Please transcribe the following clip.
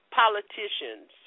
politicians